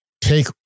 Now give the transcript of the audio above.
take